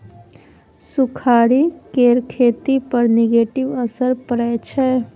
सुखाड़ि केर खेती पर नेगेटिव असर परय छै